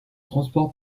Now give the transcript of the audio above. transport